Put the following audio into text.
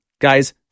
Guys